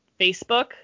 Facebook